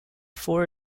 four